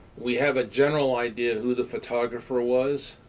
we have a general idea who the photographer was,